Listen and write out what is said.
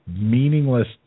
meaningless